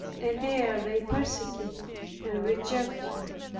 and there they persecuted and rejected you